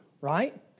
right